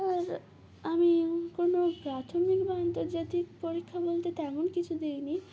আর আমি কোনো প্রাথমিক বা আন্তর্জাতিক পরীক্ষা বলতে তেমন কিছু দিইনি